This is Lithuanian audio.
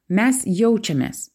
mes jaučiamės